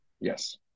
Yes